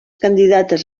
candidates